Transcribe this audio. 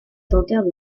tentèrent